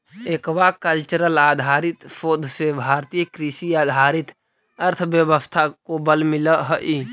aquacultural आधारित शोध से भारतीय कृषि आधारित अर्थव्यवस्था को बल मिलअ हई